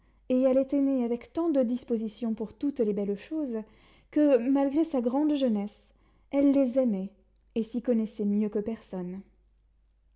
et elle était née avec tant de dispositions pour toutes les belles choses que malgré sa grande jeunesse elle les aimait et s'y connaissait mieux que personne